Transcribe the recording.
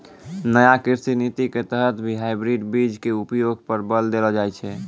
नया कृषि नीति के तहत भी हाइब्रिड बीज के उपयोग पर बल देलो जाय छै